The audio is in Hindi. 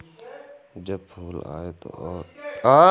जब फूल आए हों और अधिक हवा चले तो फसल को नुकसान होगा?